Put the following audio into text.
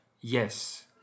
Yes